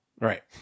Right